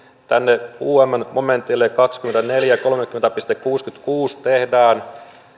tänne umn momentille kaksikymmentäneljä kolmekymmentä kuusikymmentäkuusi tehdään